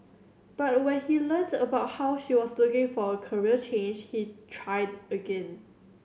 but when he learnt about how she was looking for a career change he tried again